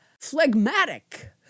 phlegmatic